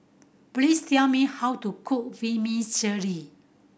please tell me how to cook Vermicelli